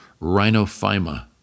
rhinophyma